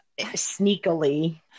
sneakily